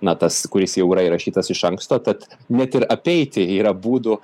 na tas kuris jau yra įrašytas iš anksto tad net ir apeiti yra būdų